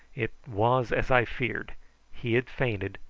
it was as i feared he had fainted,